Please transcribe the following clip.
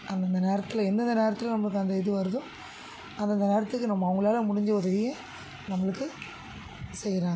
அந்தந்த நேரத்தில் எந்தெந்த நேரத்தில் நமக்கு அந்த இது வருதோ அந்தந்த நேரத்துக்கு நம்ம அவங்களால முடிஞ்ச உதவியை நம்மளுக்கு செய்யறாங்க